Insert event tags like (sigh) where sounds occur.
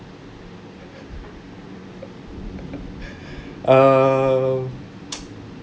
(laughs) err (noise)